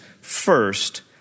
first